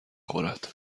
خورد